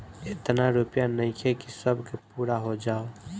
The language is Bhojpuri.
एतना रूपया नइखे कि सब के पूरा हो जाओ